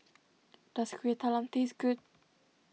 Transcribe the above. does Kueh Talam taste good